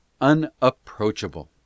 unapproachable